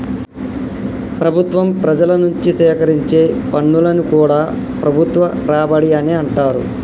ప్రభుత్వం ప్రజల నుంచి సేకరించే పన్నులను కూడా ప్రభుత్వ రాబడి అనే అంటరు